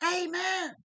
Amen